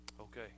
Okay